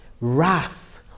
wrath